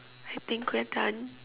I think we're done